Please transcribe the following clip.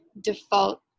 default